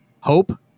hope